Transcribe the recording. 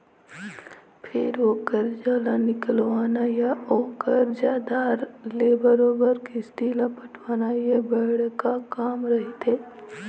फेर ओ करजा ल निकलवाना या ओ करजादार ले बरोबर किस्ती ल पटवाना ये बड़का काम रहिथे